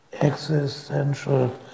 existential